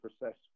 process